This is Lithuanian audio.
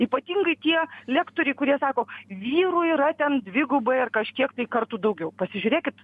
ypatingai tie lektoriai kurie sako vyrų yra ten dvigubai ar kažkiek tai kartų daugiau pasižiūrėkit